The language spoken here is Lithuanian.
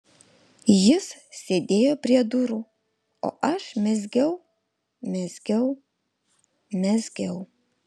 jis sėdėjo prie durų o aš mezgiau mezgiau mezgiau